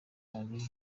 ari